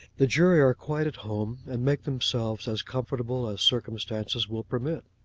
the jury are quite at home, and make themselves as comfortable as circumstances will permit.